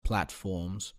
platforms